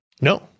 No